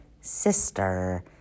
Sister